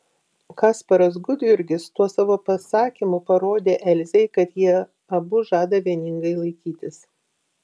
kasparas gudjurgis tuo savo pasakymu parodė elzei kad jie abu žada vieningai laikytis